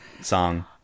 song